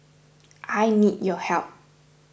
I need your help